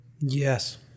Yes